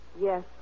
Yes